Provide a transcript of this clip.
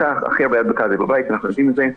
הכי הרבה הדבקה יש בבית, אנחנו יודעים את זה,